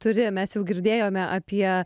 turi mes jau girdėjome apie